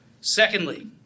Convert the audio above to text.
Secondly